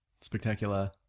spectacular